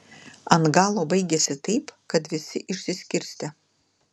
ant galo baigėsi taip kad visi išsiskirstė